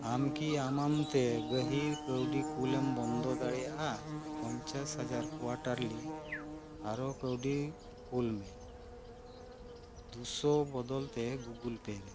ᱟᱢ ᱠᱤ ᱟᱢ ᱟᱢᱛᱮ ᱜᱟᱹᱦᱤᱨ ᱠᱟᱹᱣᱰᱤ ᱠᱳᱞᱮᱢ ᱵᱚᱱᱫᱚ ᱫᱟᱲᱮᱭᱟᱜᱼᱟ ᱯᱚᱧᱪᱟᱥ ᱦᱟᱡᱟᱨ ᱠᱚᱣᱟᱴᱟᱨᱞᱤ ᱟᱨᱚ ᱠᱟᱹᱣᱰᱤ ᱠᱳᱞ ᱢᱮ ᱫᱩ ᱥᱚ ᱵᱚᱫᱚᱞ ᱛᱮ ᱜᱩᱜᱩᱞ ᱯᱮ ᱨᱮ